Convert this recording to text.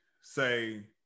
say